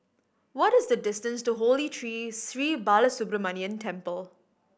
what is the distance to Holy Tree Sri Balasubramaniar Temple